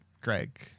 greg